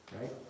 right